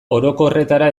orokorretara